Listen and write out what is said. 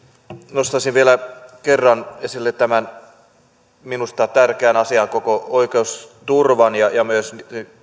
nostaisin vielä kerran esille tämän minusta tärkeän asian koko oikeusturvan ja ja myös